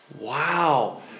Wow